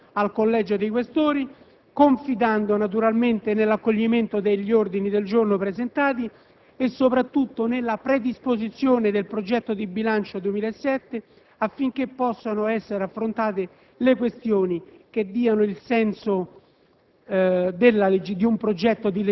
Questori queste osservazioni, confidando naturalmente nell'accoglimento degli ordini del giorno presentati e, soprattutto, nella predisposizione del progetto di bilancio 2007, affinché possano essere affrontate le questioni che diano il senso